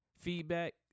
feedback